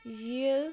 یہِ